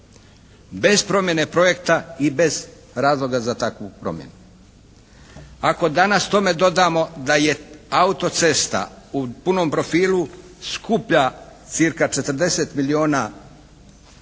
bez promjene projekta i bez razloga za takvu promjenu. Ako danas tome dodamo da je auto-cesta u punom profilu skuplja cca. 40 milijuna eura